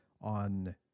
on